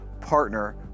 partner